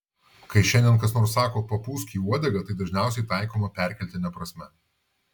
kai šiandien kas nors sako papūsk į uodegą tai dažniausiai taikoma perkeltine prasme